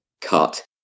cut